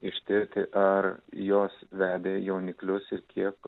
ištirti ar jos vedė jauniklius ir kiek